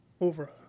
over